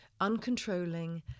Uncontrolling